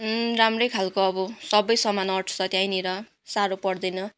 राम्रै खालको अब सबै सामान अट्छ त्यहीनिर साह्रो पर्दैन